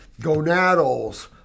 gonadals